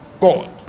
God